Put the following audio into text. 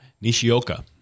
Nishioka